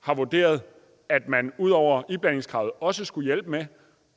har vurderet, at man ud over iblandingskravet også skulle hjælpe med